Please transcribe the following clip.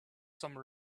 some